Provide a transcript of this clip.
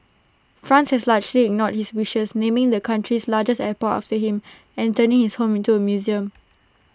France has largely ignored his wishes naming the country's largest airport after him and turning his home into A museum